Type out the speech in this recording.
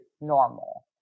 normal